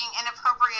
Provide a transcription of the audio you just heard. inappropriate